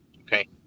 okay